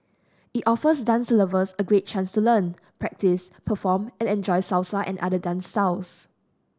it offers dance lovers a great chance to learn practice perform and enjoy Salsa and other dance styles